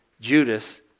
Judas